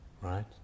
Right